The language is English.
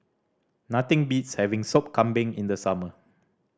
nothing beats having Sup Kambing in the summer